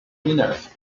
winners